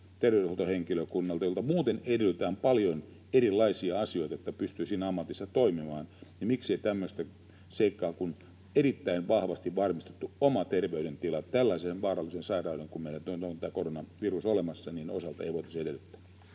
edellyttää. Kun heiltä muuten edellytetään paljon erilaisia asioita, jotta pystyvät siinä ammatissa toimimaan, niin miksei tämmöistä seikkaa kuin erittäin vahvasti varmistettua omaa terveydentilaa tällaisen vaarallisen sairauden kuin meillä nyt on tämä koronavirus voitaisi heiltä edellyttää?